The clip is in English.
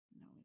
no